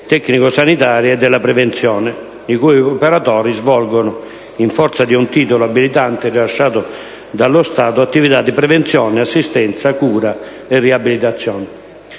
tecnico-sanitarie e della prevenzione i cui operatori svolgono, in forza di un titolo abilitante rilasciato dallo Stato, attività di prevenzione, assistenza, cura e riabilitazione.